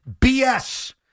BS